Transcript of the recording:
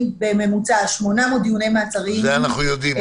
בממוצע 800 דיוני מעצרים --- אנחנו יודעים,